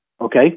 Okay